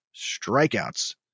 strikeouts